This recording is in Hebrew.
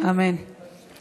אמן, אמן.